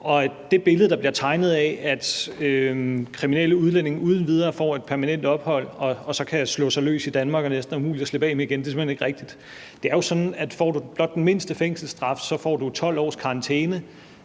Det billede, der bliver tegnet af, at kriminelle udlændinge uden videre får permanent ophold og så kan slå sig løs i Danmark og næsten er umulige at slippe af med igen, er simpelt hen ikke rigtigt. Det er sådan, at får du blot den mindste fængselsstraf, får du 12 års karantæne